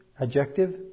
adjective